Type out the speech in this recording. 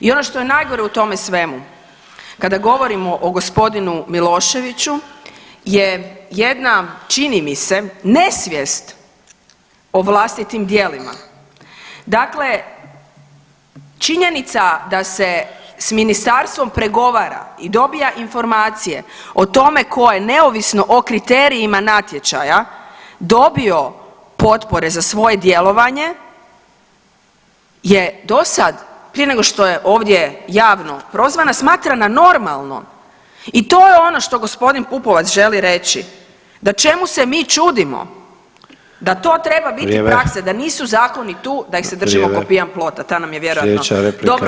I ono što je najgore u tome svemu kada govorimo o g. Miloševiću je jedna čini mi se nesvijest o vlastitim djelima. dakle, činjenica da se s ministarstvom pregovara i dobija informacije o tome koje neovisno o kriterijima natječaja dobio potpore za svoje djelovanje je do sad prije nego što je ovdje javno prozvana smatrana normalno i to je ono što g. Pupovac želi reći, da čemu se mi čudimo da to [[Upadica Sanader: Vrijeme.]] treba biti praksa, da nisu zakoni tu da [[Upadica Sanader: Vrijeme.]] ih se držimo ko pijan plota, ta nam je vjerojatno dobro